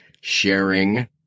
sharing